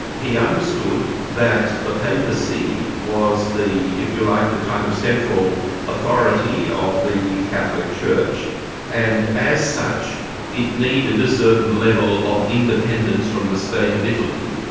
he understood that the papacy was the if you like the kind of central authority of the catholic church and as such it needed a certain level of independence from the state of italy.